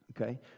Okay